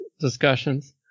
discussions